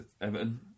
Everton